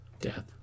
death